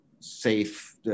Safe